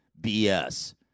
BS